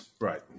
right